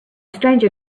stranger